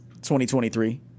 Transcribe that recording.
2023